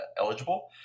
eligible